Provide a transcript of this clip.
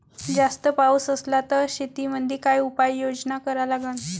जास्त पाऊस असला त शेतीमंदी काय उपाययोजना करा लागन?